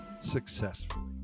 successfully